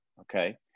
okay